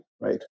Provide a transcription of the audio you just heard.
right